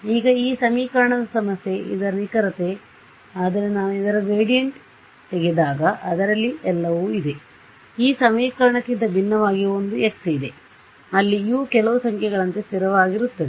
ಈಗ ಈ ಸಮೀಕರಣದ ಸಮಸ್ಯೆ ಇದರ ನಿಖರತೆ ಆದ್ದರಿಂದ ನಾನು ಇದರ ಗ್ರೇಡಿಯಂಟ್ ತೆಗೆದಾಗ ಅದರಲ್ಲಿ ಎಲ್ಲವೂ ಇದೆ ಈ ಸಮೀಕರಣಕ್ಕಿಂತ ಭಿನ್ನವಾಗಿ ಒಂದು x ಇದೆ ಅಲ್ಲಿ U ಕೆಲವು ಸಂಖ್ಯೆಗಳಂತೆ ಸ್ಥಿರವಾಗಿರುತ್ತದೆ